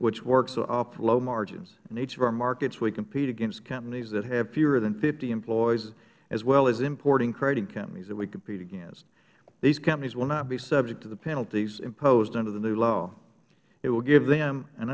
which works off low margins in each of our markets we compete against companies that have fewer than fifty employees as well as importing crating companies that we compete against these companies will not be subject to the penalties imposed under the new law it will give them an